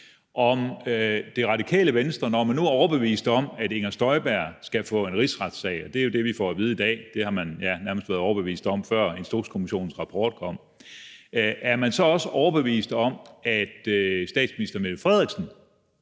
om Radikale Venstre, når man nu er overbevist om, at Inger Støjberg skal igennem en rigsretssag, og det er jo det, vi får at vide i dag – ja, det har man nærmest været overbevist om, før Instrukskommissionens rapport kom – også er overbevist om, at statsminister Mette Frederiksen